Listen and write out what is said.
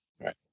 Right